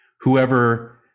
whoever